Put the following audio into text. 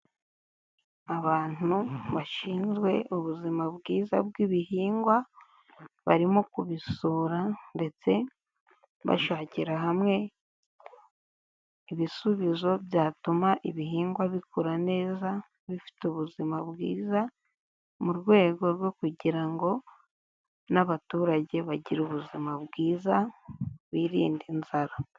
Abantu bashinzwe ubuzima bwiza bw'ibihingwa, barimo kubisura ndetse bashakira hamwe ibisubizo byatuma ibihingwa bikura neza bifite ubuzima bwiza, mu rwego rwo kugira ngo n'abaturage bagire ubuzima bwiza, birinde inzara.